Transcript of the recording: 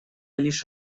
лишь